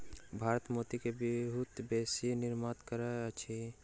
भारत मोती के बहुत बेसी निर्यात करैत अछि